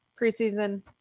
preseason